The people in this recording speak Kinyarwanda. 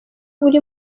uri